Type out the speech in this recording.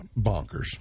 Bonkers